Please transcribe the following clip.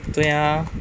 对啊